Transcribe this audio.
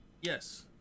Yes